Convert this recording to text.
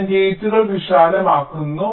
ഞാൻ ഗേറ്റുകൾ വിശാലമാക്കുന്നു